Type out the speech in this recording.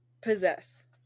Possess